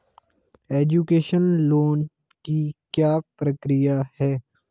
Education loan की क्या प्रक्रिया है?